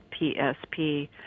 PSP